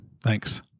Thanks